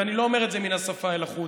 ואני לא אומר את זה מן השפה אל החוץ,